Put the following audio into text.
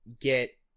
get